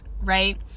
right